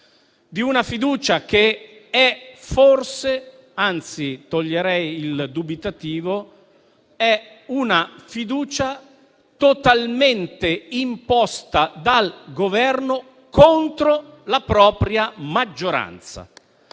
di una fiducia che è forse - anzi, toglierei il dubitativo - totalmente imposta dal Governo contro la propria maggioranza.